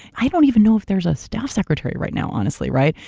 i don't even know if there's a staff secretary right now, honestly, right?